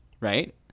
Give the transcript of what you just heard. right